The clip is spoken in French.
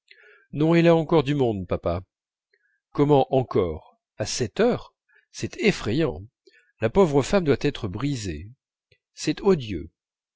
non elle a encore du monde papa comment encore à sept heures c'est effrayant la pauvre femme doit être brisée c'est odieux